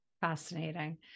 Fascinating